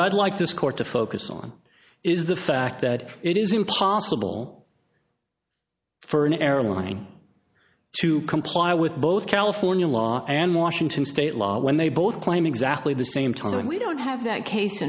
what i'd like this court to focus on is the fact that it is impossible for an airline to comply with both california law and washington state law when they both claim exactly the same title and we don't have that case